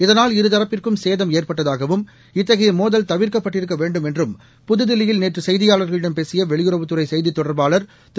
இதனால் இருதரப்பிற்கும் சேதம் ஏற்பட்டதாகவும் இத்தகைய மோதல் தவிர்க்கப்பட்டிருக்க வேண்டும் என்றும் புதுதில்லியில் நேற்று செய்தியாளர்களிடம் பேசிய வெளியுறவுத்துறை செய்தி தொடர்பாளர் திரு